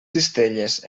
cistelles